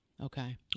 Okay